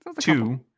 two